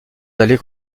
d’aller